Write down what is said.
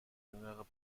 jüngere